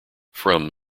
from